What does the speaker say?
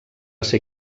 ser